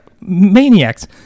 Maniacs